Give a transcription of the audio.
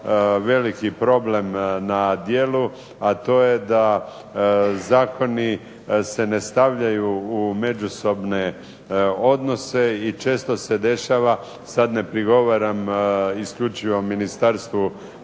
veliki problem na djelu, a to je da zakoni se ne stavljaju u međusobne odnose i često se dešava, sad ne prigovaram isključivo Ministarstvu